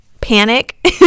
panic